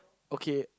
okay